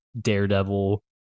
Daredevil